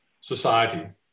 society